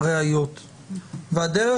לעניין ראיה על דבר